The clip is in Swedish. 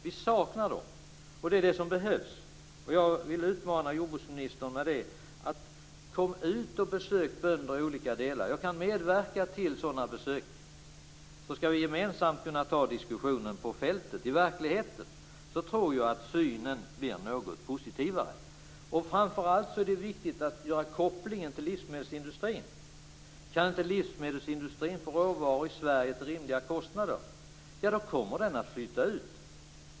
Vi saknar dem. Det är det som behövs. Jag vill utmana jordbruksministern: Kom ut och besök bönderna i olika delar av landet! Jag kan medverka till sådana besök. Då skall vi gemensamt kunna ta diskussionen på fältet, i verkligheten. Då tror jag att synen blir något positivare. Framför allt är det viktigt att göra kopplingen till livsmedelsindustrin. Kan inte livsmedelsindustrin få råvaror i Sverige till rimliga kostnader så kommer den att flytta ut.